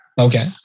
Okay